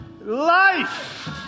life